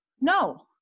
No